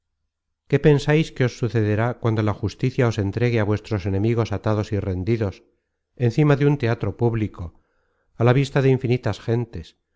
qué pensais que os sucederá cuando la justicia os entregue á vuestros enemigos atados y rendidos encima de un teatro público á la vista de infinitas gentes